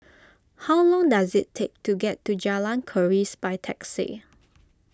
how long does it take to get to Jalan Keris by taxi